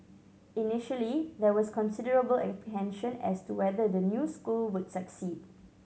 initially there was considerable apprehension as to whether the new school would succeed